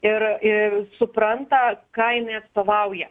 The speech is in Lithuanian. ir ir supranta ką jinai atstovauja